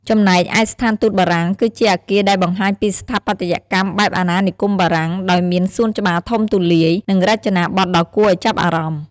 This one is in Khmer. ចំណែកឯស្ថានទូតបារាំង គឺជាអគារដែលបង្ហាញពីស្ថាបត្យកម្មបែបអាណានិគមបារាំង ដោយមានសួនច្បារធំទូលាយ និងរចនាបថដ៏គួរឱ្យចាប់អារម្មណ៍។